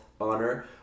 honor